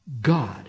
God